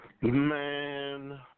Man